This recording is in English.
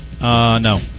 no